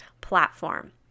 platform